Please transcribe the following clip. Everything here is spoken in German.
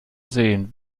sehen